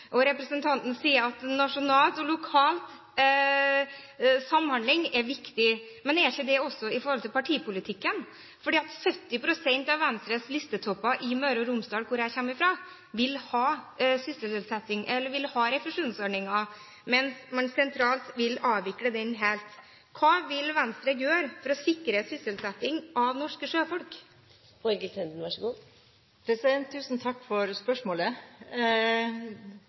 det når det gjelder partipolitikken? 70 pst. av Venstres listetopper i Møre og Romsdal, der jeg kommer fra, vil ha refusjonsordninger, mens man sentralt vil avvikle den helt. Hva vil Venstre gjøre for å sikre sysselsetting av norske sjøfolk?